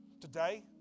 Today